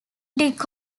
dick